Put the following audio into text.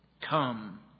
come